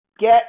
Get